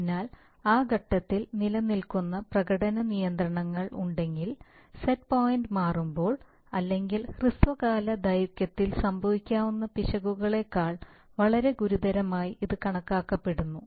അതിനാൽ ആ ഘട്ടത്തിൽ നിലനിൽക്കുന്ന പ്രകടന നിയന്ത്രണങ്ങൾ ഉണ്ടെങ്കിൽ സെറ്റ് പോയിന്റ് മാറുമ്പോൾ അല്ലെങ്കിൽ ഹ്രസ്വകാല ദൈർഘ്യത്തിൽ സംഭവിക്കാവുന്ന പിശകുകളേക്കാൾ വളരെ ഗുരുതരമായി ഇത് കണക്കാക്കപ്പെടുന്നു